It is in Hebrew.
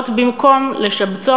במקום לשבצו,